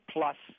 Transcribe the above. Plus